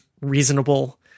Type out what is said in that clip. reasonable